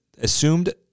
assumed